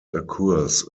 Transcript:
occurs